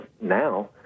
now